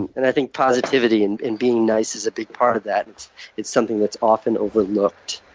and and i think positivity and and being nice is a big part of that. and it's something that's often overlooked.